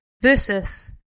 versus